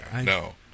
No